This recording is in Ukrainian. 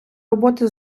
роботи